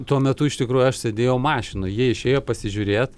tuo metu iš tikrųjų aš sėdėjau mašinoj jie išėjo pasižiūrėt